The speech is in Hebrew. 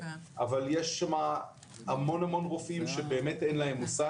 אבל יש שם המון רופאים שבאמת אין להם מושג